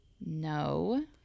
No